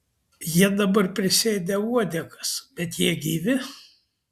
jie dabar prisėdę uodegas bet jie gyvi